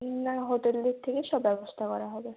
না হোটেলের থেকে সব ব্যবস্থা করা হবে